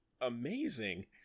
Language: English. amazing